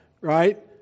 right